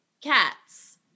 Cats